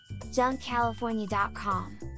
JunkCalifornia.com